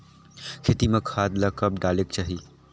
खेती म खाद ला कब डालेक चाही?